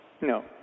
No